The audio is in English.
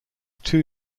two